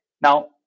Now